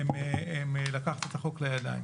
אי אפשר לקחת את החוק לידיים.